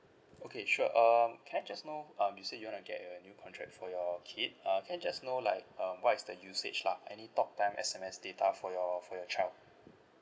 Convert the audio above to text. okay sure um can I just know um you said you wanna get a new contract for your kid uh can I just know like um what is that usage lah any talk time S_M_S data for your for your child